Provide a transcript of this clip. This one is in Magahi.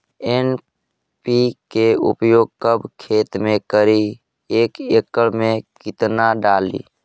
एन.पी.के प्रयोग कब खेत मे करि एक एकड़ मे कितना डाली?